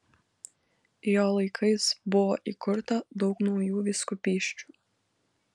jo laikais buvo įkurta daug naujų vyskupysčių